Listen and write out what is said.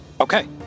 Okay